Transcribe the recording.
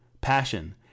passion